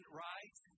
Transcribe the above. right